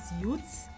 youths